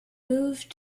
moved